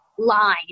line